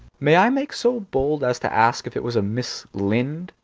may i make so bold as to ask if it was a mrs. linde?